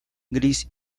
gris